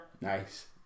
Nice